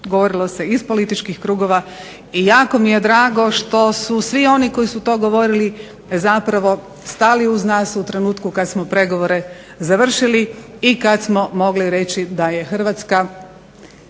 Govorilo se iz političkih krugova i jako mi je drago što su svi oni koji su to govorili zapravo stali uz nas u trenutku kada smo pregovore završili i kada smo mogli reći da je Hrvatska